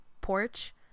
porch